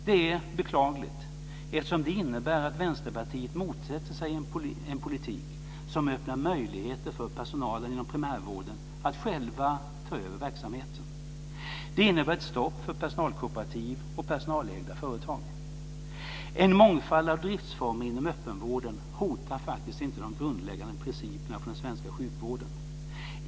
Det är beklagligt, eftersom det innebär att Vänsterpartiet motsätter sig en politik som öppnar möjligheter för personalen inom primärvården att själva ta över verksamheten. Det innebär ett stopp för personalkooperativ och personalägda företag. En mångfald av driftformer inom öppenvården hotar faktiskt inte de grundläggande principerna för den svenska sjukvården.